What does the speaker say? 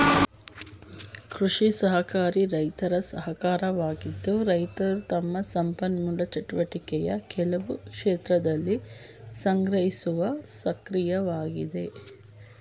ಕೃಷಿ ಸಹಕಾರಿ ರೈತರ ಸಹಕಾರವಾಗಿದ್ದು ರೈತರು ತಮ್ಮ ಸಂಪನ್ಮೂಲ ಚಟುವಟಿಕೆಯ ಕೆಲವು ಕ್ಷೇತ್ರದಲ್ಲಿ ಸಂಗ್ರಹಿಸುವ ಸಹಕಾರಿಯಾಗಯ್ತೆ